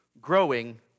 growing